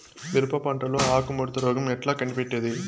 మిరప పంటలో ఆకు ముడత రోగం ఎట్లా కనిపెట్టేది?